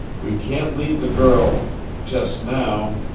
we can't leave the girl just now.